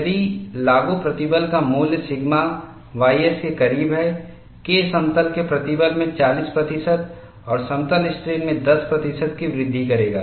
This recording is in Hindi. यदि लागू प्रतिबल का मूल्य सिग्मा ys के करीब है K समतल के प्रतिबल में 40 प्रतिशत और समतल स्ट्रेन में 10 प्रतिशत की वृद्धि करेगा